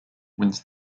wins